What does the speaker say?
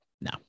No